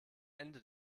ende